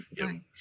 right